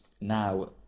now